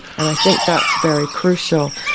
and i think that's very crucial.